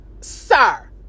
sir